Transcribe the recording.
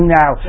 now